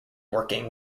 working